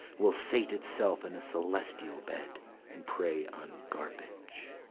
will sate itself in a celestial bed and prey on garbage.